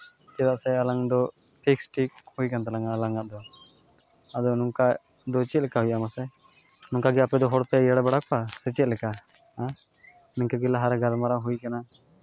ᱪᱮᱫᱟᱜ ᱥᱮ ᱟᱞᱟᱝ ᱫᱚ ᱯᱷᱤᱠᱥᱰ ᱴᱷᱤᱠ ᱦᱩᱭ ᱠᱟᱱ ᱛᱟᱞᱟᱝᱼᱟ ᱟᱞᱟᱝ ᱟᱜ ᱫᱚ ᱟᱫᱚ ᱱᱚᱝᱠᱟ ᱫᱚ ᱪᱮᱫ ᱞᱮᱠᱟ ᱦᱩᱭᱩᱜᱼᱟ ᱢᱟᱥᱮ ᱱᱚᱝᱠᱟᱜᱮ ᱟᱯᱮ ᱫᱚ ᱦᱚᱲᱯᱮ ᱮᱲᱮ ᱵᱟᱲᱟ ᱠᱚᱣᱟ ᱥᱮ ᱪᱮᱫ ᱞᱮᱠᱟ ᱱᱤᱝᱠᱟ ᱜᱮ ᱞᱟᱦᱟᱨᱮ ᱜᱟᱞᱢᱟᱨᱟᱣ ᱦᱩᱭ ᱠᱟᱱᱟ